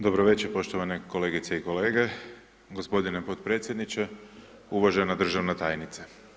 Dobro večer poštovane kolegice i kolege, gospodine potpredsjedniče, uvažena državna tajnice.